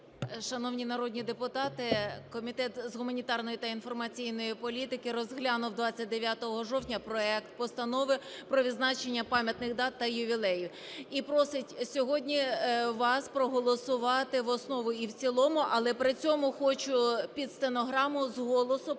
Шановні народні депутати, Комітету з питань гуманітарної та інформаційної політики розглянув 29 жовтня проект Постанови про відзначення пам'ятних дат і ювілеїв і просить сьогодні вас проголосувати в основу і в цілому. Але при цьому хочу під стенограму з голосу